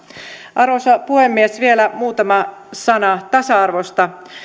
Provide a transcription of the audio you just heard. arvoisa puhemies vielä muutama sana tasa arvosta